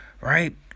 right